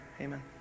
amen